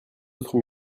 autres